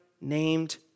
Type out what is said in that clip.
named